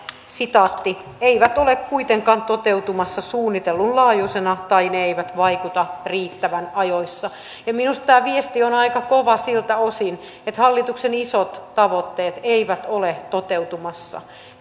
eivät ole kuitenkaan toteutumassa suunnitellun laajuisina tai ne eivät vaikuta riittävän ajoissa minusta tämä viesti on aika kova siltä osin että hallituksen isot tavoitteet eivät ole toteutumassa